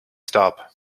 stopped